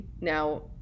now